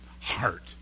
heart